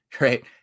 Right